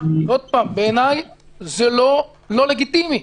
בעיניי זה לא לא לגיטימי.